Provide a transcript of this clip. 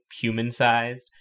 human-sized